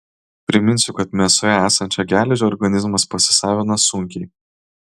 priminsiu kad mėsoje esančią geležį organizmas pasisavina sunkiai